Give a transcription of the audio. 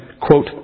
quote